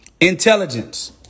Intelligence